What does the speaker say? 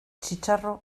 txitxarro